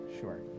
sure